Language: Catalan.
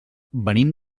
venim